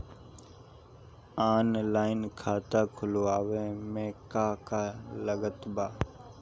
Online खाता खुलवावे मे का का लागत बा?